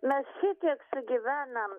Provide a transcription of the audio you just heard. mes šitiek sugyvenam